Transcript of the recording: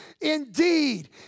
Indeed